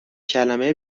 کلمه